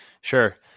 Sure